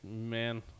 Man